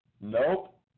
Nope